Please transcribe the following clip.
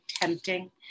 tempting